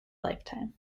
lifetime